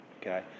okay